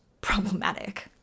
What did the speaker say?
problematic